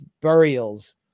burials